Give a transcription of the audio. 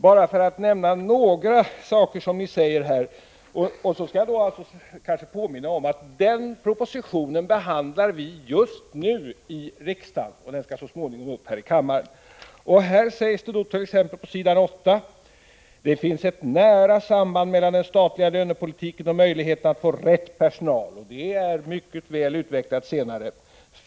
Jag skall kanske också påminna om att vi just nu behandlar den propositionen i riksdagen, och så småningom skall den upp här i kammaren. Jag skall bara nämna några saker ur propositionen. På s. 8 sägst.ex. : ”Det finns nära samband mellan den statliga lönepolitiken och möjligheterna att få rätt personal i den statliga verksamheten.” Detta är mycket väl utvecklat senare.